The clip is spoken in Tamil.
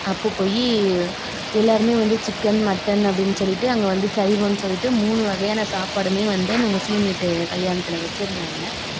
அப்போ போய் எல்லாேருமே வந்து சிக்கன் மட்டன் அப்படின்னு சொல்லிவிட்டு அங்கே வந்து சைவம் சொல்லிவிட்டு மூணு வகையான சாப்பாடுமே வந்து அந்த முஸ்லீம் வீட்டு கல்யாணத்தில் வச்சுருந்தாங்க